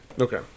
Okay